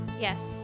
Yes